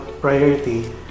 priority